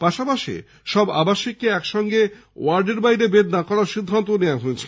পাশাপাশি সব আবাসিককে একসঙ্গে ওয়ার্ডের বাইরে বের না করার সিদ্ধান্তও হয়েছে